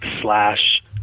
slash